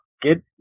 Get